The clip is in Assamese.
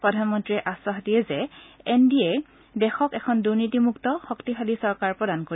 প্ৰধানমন্ত্ৰীয়ে আধাস দিয়ে যে এন ডি এই দেশক এখন দুনীতিমুক্ত শক্তিশালী চৰকাৰ প্ৰদান কৰিব